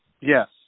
Yes